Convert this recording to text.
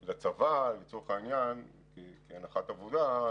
לצבא, כהנחת עבודה,